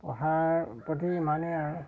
পঢ়াৰ প্ৰতি ইমানেই আৰু